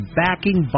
backing